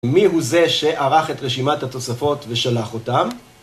מי הוא זה שערך את רשימת התוספות ושלח אותם?